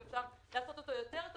אם אפשר לעשות אותו יותר טוב.